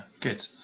good